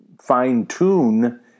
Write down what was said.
fine-tune